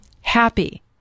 happy